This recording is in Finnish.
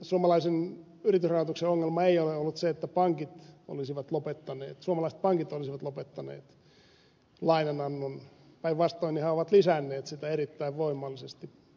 suomalaisen yritysrahoituksen ongelma ei ole ollut se että suomalaiset pankit olisivat lopettaneet lainanannon päinvastoin nehän ovat lisänneet sitä erittäin voimallisesti